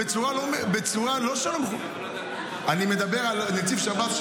אני מדבר על נציב שב"ס,